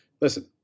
Listen